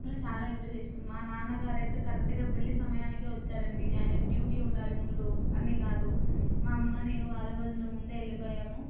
ఇంకా చాలా ఎంజాయ్ చేసాము మా నాన్నగారైతే కరెక్ట్గా పెళ్ళి సమయానికి వచ్చారండీ ఆయనకి డ్యూటీ ఉండాలి ముందు అన్నీ కాదు మా అమ్మ నేను వారం రోజుల ముందే వెళ్ళిపోయాము